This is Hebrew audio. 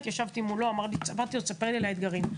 התיישבתי מול אמיר וביקשתי שיספר לי על האתגרים.